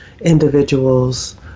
individuals